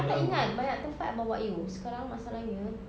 I tak ingat banyak tempat I bawa you sekarang masalahnya